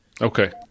Okay